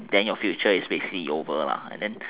then your future is basically over lah and then